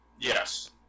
Yes